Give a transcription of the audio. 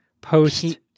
Post